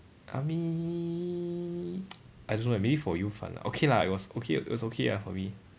army I don't know eh maybe for you fun lah okay lah it was okay it was okay ah for me